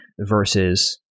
versus